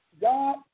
God